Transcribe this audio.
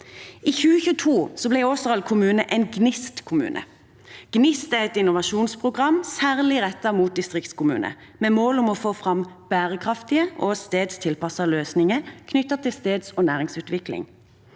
I 2022 ble Åseral kommune en Gnist-kommunene. Gnist er et innovasjonsprogram, særlig rettet mot distriktskommuner, med mål om å få fram bærekraftige og stedstilpassede løsninger knyttet til steds- og næringsutvikling.